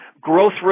growth